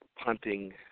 punting